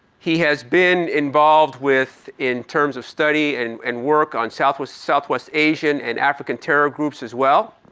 he has been involved with in terms of study and and work on southwest southwest asian and african terror groups as well.